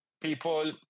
people